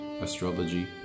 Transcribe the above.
astrology